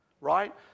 right